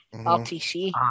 RTC